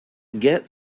get